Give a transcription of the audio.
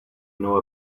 know